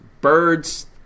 Birds